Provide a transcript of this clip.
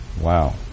Wow